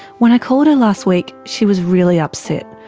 when i called her last week, she was really upset.